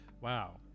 Wow